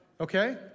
Okay